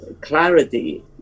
clarity